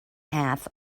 half